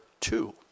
two